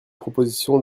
proposition